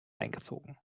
eingezogen